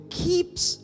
keeps